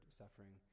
suffering